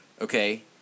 okay